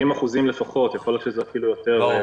שהיא מטפלת בכ-70% לפחות, יכול להיות שאפילו יותר.